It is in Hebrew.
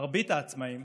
מרבית העצמאים